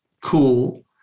cool